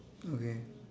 okay